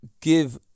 give